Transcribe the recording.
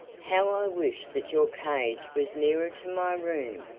how i wish that your cage was nearer to my room,